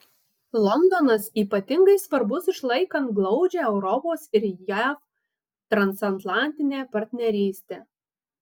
londonas ypatingai svarbus išlaikant glaudžią europos ir jav transatlantinę partnerystę